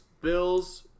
Bills